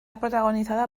protagonizada